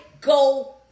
go